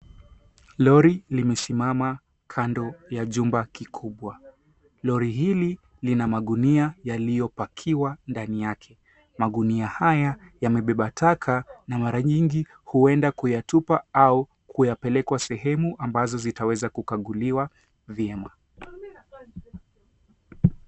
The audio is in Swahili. Lori limesimama kando ya jumba kikubwa, Lori hili Lina magunia yaliyopakiwa ndani yake .Magunia haya yamebeba taka nyingi mara nyingi huenda kuyatupa ama kupelekwa sehemu ambazo zitaweka kukaguliwa vyema .